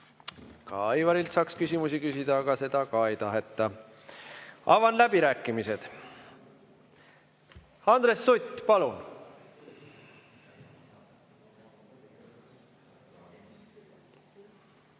Ka Aivarilt saaks küsimusi küsida, aga seda ka ei taheta. Avan läbirääkimised. Andres Sutt, palun!